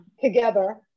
together